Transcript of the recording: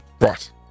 Right